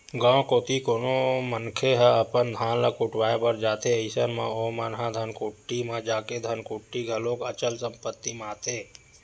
गाँव कोती कोनो मनखे ह अपन धान ल कुटावय बर जाथे अइसन म ओमन ह धनकुट्टीच म जाथे धनकुट्टी घलोक अचल संपत्ति म आथे